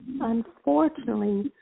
unfortunately